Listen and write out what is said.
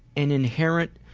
an inherent